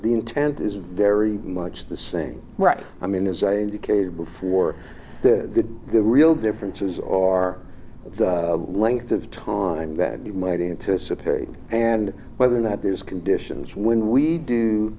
the intent is very much the same right i mean as i indicated before the real differences are the length of time that you might anticipate and whether or not these conditions when we do